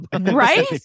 Right